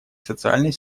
социальной